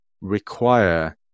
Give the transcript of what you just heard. require